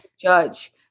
judge